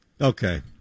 Okay